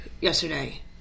yesterday